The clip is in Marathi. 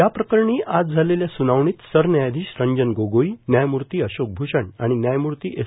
या प्रकरणी आज झालेल्या सुनावणीत सरन्यायाधीश रंजन गोगोई न्यायमूर्ती अशोक भूषण आणि न्यायमूर्ती एस